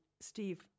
Steve